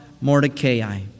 Mordecai